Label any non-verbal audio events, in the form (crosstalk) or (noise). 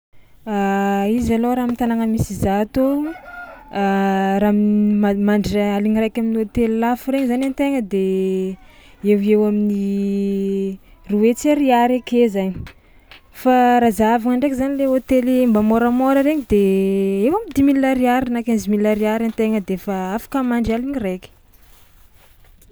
(hesitation) Izy alôha raha am'tanàgna misy za tô o (noise) (hesitation) raha m- ma- mandry raha aligna araiky amin'ny hôtely lafo regny zany an-tegna de eo ho eo amin'ny roa hetsy ariary ake zainy fa raha zahavagna ndraiky zany le hôtely mba môramôra rzgny de eo am'dix milles ariary na quinze milles ariary an-tegna de fa afaka mandry aligna raiky.